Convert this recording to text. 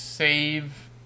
Save